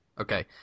okay